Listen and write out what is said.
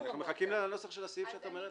מחכים לנוסח של הסעיף שאת אומרת.